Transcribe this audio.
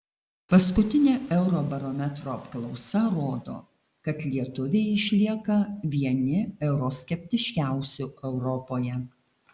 paskutinė eurobarometro apklausa rodo kad lietuviai išlieka vieni euroskeptiškiausių europoje